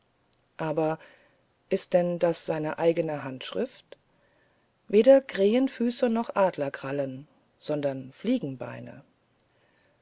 aber ist denn das seine eigene handschrift weder krähenfüße noch adlerkrallen sondern